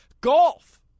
golf